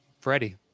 Freddie